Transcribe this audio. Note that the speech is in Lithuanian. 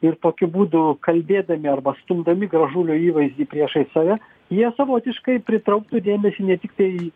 ir tokiu būdu kalbėdami arba stumdami gražulio įvaizdį priešais save jie savotiškai pritrauktų dėmesį ne tiktai